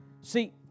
See